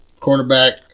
cornerback